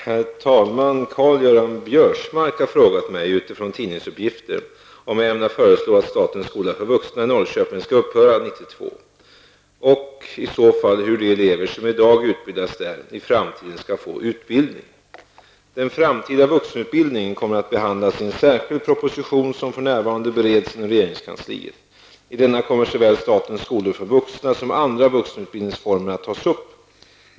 Herr talman! Karl-Göran Biörsmark har frågat mig -- utifrån tidningsuppgifter -- om jag ämnar föreslå att statens skola för vuxna i Norrköping skall upphöra 1992 och i så fall hur de elever som i dag utbildas där i framtiden skall få utbildning. Den framtida vuxenutbildningen kommer att behandlas i en särskild proposition som för närvarande bereds inom regeringskansliet. I denna kommer såväl statens skolor för vuxna som andra vuxenutbildningsformer att tas upp.